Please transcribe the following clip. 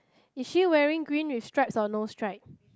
is she wearing green with stripes or no stripe